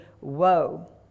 Woe